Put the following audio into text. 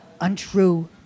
untrue